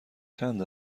چند